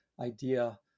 idea